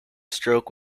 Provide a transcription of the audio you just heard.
stroke